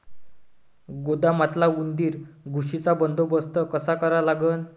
गोदामातल्या उंदीर, घुशीचा बंदोबस्त कसा करा लागन?